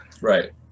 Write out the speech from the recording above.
right